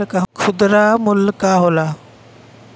खुदरा मूल्य का होला?